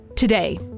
Today